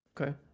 Okay